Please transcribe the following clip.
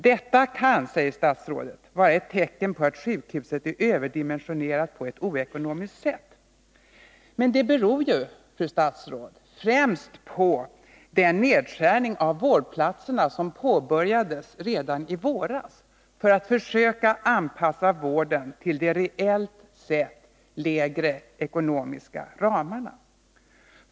”Detta kan”, säger statsrådet, ”vara ett tecken på att sjukhuset är överdimensionerat på ett ockonomiskt sätt.” Men det beror ju, fru statsråd, främst på den nedskärning av antalet vårdplatser som påbörjades redan i våras för att man skulle försöka anpassa vården till de reellt sett lägre ekonomiska ramarna.